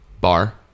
Bar